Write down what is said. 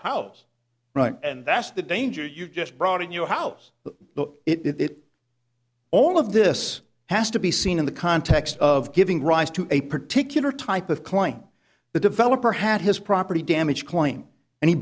house right and that's the danger you just brought in your house but the it all of this has to be seen in the context of giving rise to a particular type of client the developer had his property damage claim and he